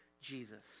Jesus